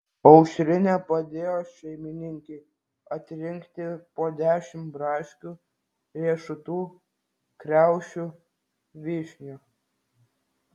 aušrinė padėjo šeimininkei atrinkti po dešimt braškių riešutų kriaušių vyšnių